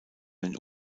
den